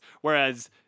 Whereas